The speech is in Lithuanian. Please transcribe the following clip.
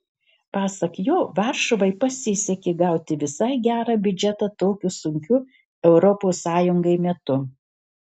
pasak jo varšuvai pasisekė gauti visai gerą biudžetą tokiu sunkiu europos sąjungai metu